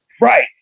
Right